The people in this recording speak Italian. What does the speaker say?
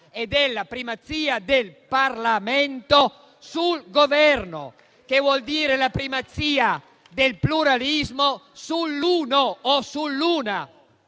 e della primazia del Parlamento sul Governo, che vuol dire primazia del pluralismo sull'uno o sull'una.